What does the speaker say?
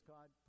God